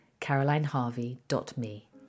carolineharvey.me